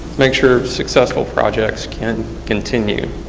make sure successful projects can continue.